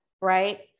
right